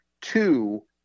two